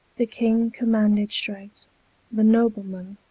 the king commanded strait the noblemen,